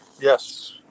Yes